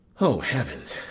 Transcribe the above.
o heavens!